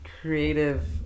creative